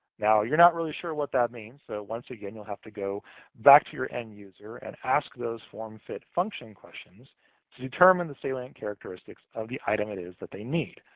now you're not really sure what that means, so once again, you'll have to go back to your and user and ask those form, fit, function questions to determine the salient characteristics of the item it is that they need.